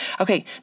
Okay